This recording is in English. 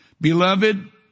Beloved